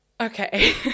Okay